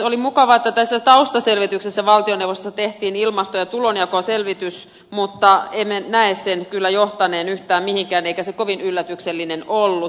oli mukavaa että tässä taustaselvityksessä valtioneuvostossa tehtiin ilmasto ja tulonjakoselvitys mutta emme kyllä näe sen johtaneen yhtään mihinkään eikä se kovin yllätyksellinen ollut